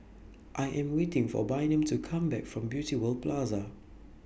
I Am waiting For Bynum to Come Back from Beauty World Plaza